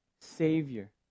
Savior